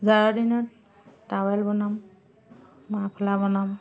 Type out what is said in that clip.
জাৰৰ দিনত টাৱেল বনাম মাফলা বনাম